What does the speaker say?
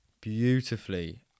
beautifully